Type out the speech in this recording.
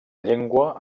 llengua